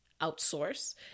outsource